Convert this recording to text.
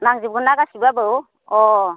नांजोबगोनना गासिबो आबौ अ